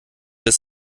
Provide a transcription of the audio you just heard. des